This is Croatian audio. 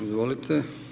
Izvolite.